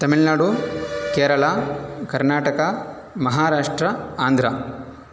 Tamil Nadu Kerala Karnataka Maharashtra Andhra